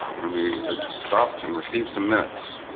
when we stopped and receive some minutes